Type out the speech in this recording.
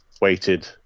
weighted